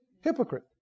hypocrite